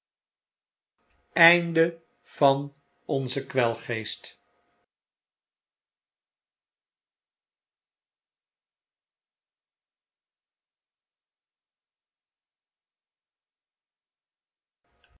van onzen kwelgeest